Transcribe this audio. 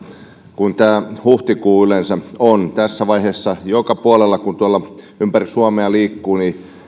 kuin tämä huhtikuu yleensä on tässä vaiheessa joka puolella kun tuolla ympäri suomea liikkuu